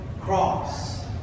cross